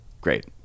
great